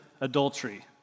adultery